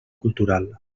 cultural